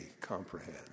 comprehend